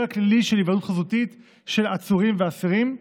הכללי של היוועדות חזותית של עצורים ואסירים.